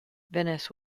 venice